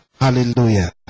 Hallelujah